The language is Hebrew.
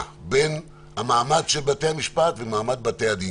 בין המעמד של בתי-המשפט למעמד של בתי הדין.